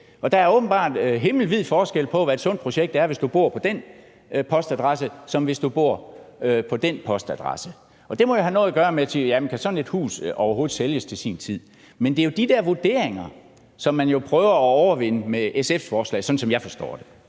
der er åbenbart himmelvid forskel på, hvad et sundt projekt er, altså i forhold til hvis du bor på den ene postadresse eller den anden postadresse. Og det må jo have noget at gøre med, at man spørger, om sådan et hus overhovedet kan sælges til sin tid. Men det er jo de der vurderinger, som man prøver at overvinde med SF's forslag, som jeg forstår det.